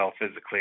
physically